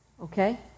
Okay